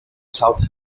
south